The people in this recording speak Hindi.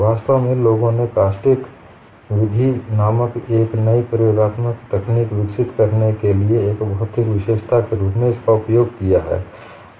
वास्तव में लोगों ने कास्टिक विधि नामक एक नई प्रयोगात्मक तकनीक विकसित करने के लिए एक भौतिक विशेषता के रूप में इसका उपयोग किया है